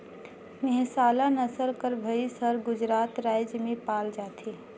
मेहसाला नसल कर भंइस हर गुजरात राएज में पाल जाथे